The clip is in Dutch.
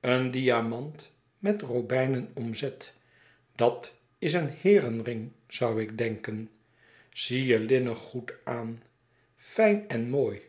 een diamant met robijnen omzet dat is een heeren ring zou ik denken i zie je linnengoed aan fijn en mooi